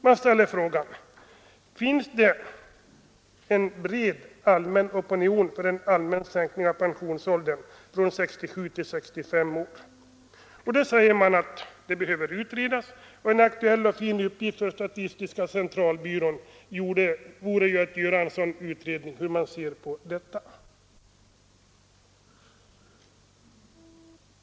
Man ställer frågan: Finns det en bred allmän opinion för en allmän sänkning av pensionåldern från 67 till 65 år? På den frågan svarar man att det hela behöver utredas och att det vore en aktuell och fin uppgift för statistiska centralbyrån att utreda hur människor ser på den frågan.